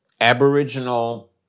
Aboriginal